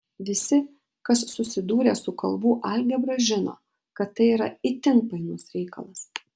visi kas susidūrę su kalbų algebra žino kad tai yra itin painus reikalas